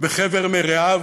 וחבר מרעיו,